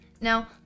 Now